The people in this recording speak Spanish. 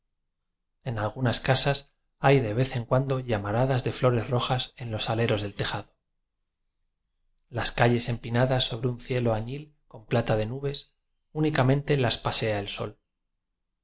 en algunas casas hay de vez en cuando llamaradas de flores rojas en los aleros del fejado las calles empinadas sobre un cielo añil con plata de nubes únicamente las pasea el sol